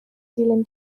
dilyn